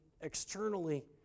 externally